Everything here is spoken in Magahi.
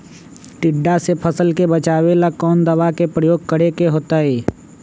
टिड्डा से फसल के बचावेला कौन दावा के प्रयोग करके होतै?